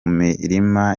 mirima